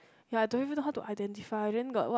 ya I don't even know how to identify then got what